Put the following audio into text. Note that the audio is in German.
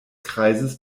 kreises